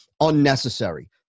unnecessary